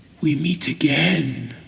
we meet again.